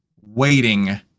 waiting